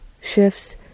shifts